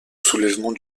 soulèvement